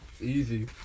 Easy